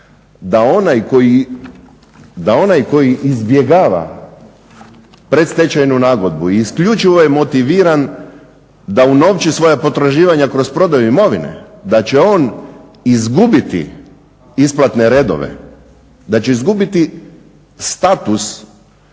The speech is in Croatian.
da onaj koji izbjegava predstečajnu nagodbu i isključivo je motiviran da unovči svoja potraživanja kroz prodaju imovine, da će on izgubiti isplatne redove, da će izgubiti status